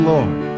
Lord